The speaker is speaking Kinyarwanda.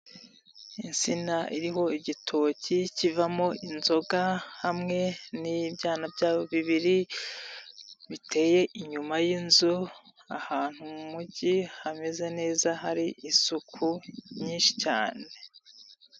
Insina iriho igitoki kivamo inzoga hamwe n'ibyana byayo bibiri biteye inyuma y'inzu, ahantu mu mujyi hameze neza hari isuku nyinshi cyane.